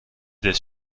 des